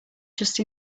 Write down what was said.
just